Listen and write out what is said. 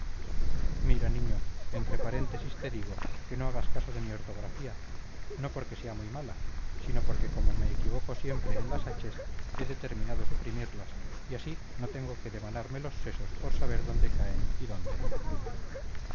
mira niño entre paréntesis te digo que no agas caso de mi ortografía no porque sea muy mala sino porque como me equivoco siempre en las haches he determinado suprimirlas y así no tengo que devanarme los sesos por saber dónde caen y dónde no